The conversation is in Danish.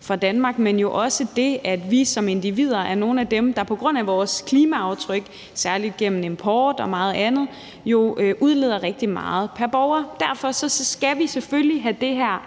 for Danmark, men jo også det, at vi som individer er nogle af dem, der på grund af vores klimaaftryk særlig gennem import og meget andet udleder rigtig meget pr. borger. Derfor skal vi selvfølgelig have det her